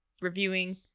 reviewing